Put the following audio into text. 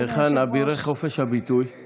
פסוק י"ד: "למנצח לדוד אמר נבל בלבו אין